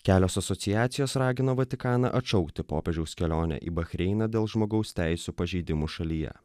kelios asociacijos ragino vatikaną atšaukti popiežiaus kelionę į bahreiną dėl žmogaus teisių pažeidimų šalyje